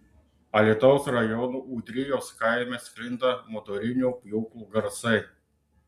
alytaus rajono ūdrijos kaime sklinda motorinių pjūklų garsai